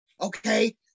okay